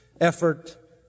effort